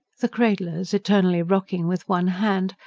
the cradlers, eternally rocking with one hand,